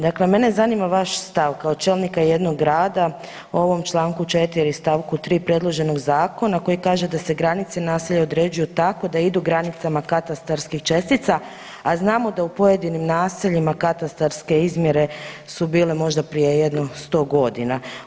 Dakle, mene zanima vaš stav, kao čelnika jednog grada u ovom čl. 4 st. 3 predloženog Zakona koji kaže da se granice naselja određuju tako da idu granicama katastarskih čestica, a znamo da u pojedinim naseljima katastarske izmjere su bile možda prije jedno 100 godina.